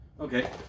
okay